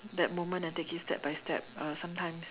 that moment and take it step by step uh sometimes